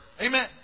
Amen